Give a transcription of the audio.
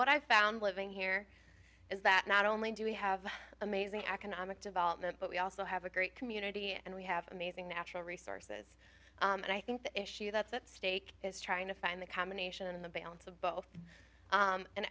what i found living here is that not only do we have amazing economic development but we also have a great community and we have amazing natural resources and i think the issue that's at stake is trying to find the combination and the balance of both